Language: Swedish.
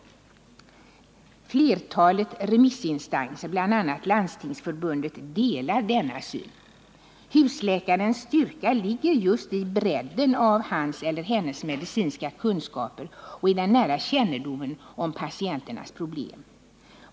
Flertalet remissinstanser, bl.a. Landstingsförbundet, delar denna syn. Husläkarens styrka ligger ju i bredden av hans eller hennes medicinska kunskaper och i den nära kännedomen om patienternas problem.